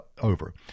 over